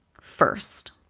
first